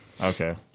Okay